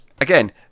again